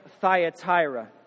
Thyatira